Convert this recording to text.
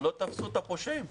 לא תפסו את הפושעים.